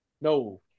no